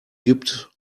gibt